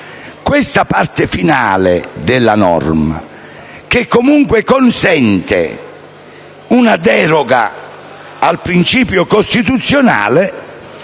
questa parte finale della norma comunque consente una deroga al principio costituzionale,